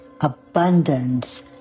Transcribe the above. abundance